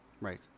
Right